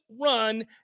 run